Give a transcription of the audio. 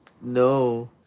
No